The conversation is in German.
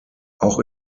auch